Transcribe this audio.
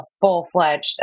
full-fledged